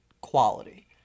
quality